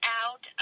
out